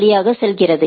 வழியாக செல்கிறது